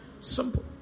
Simple